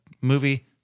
movie